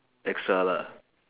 extra lah